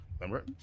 remember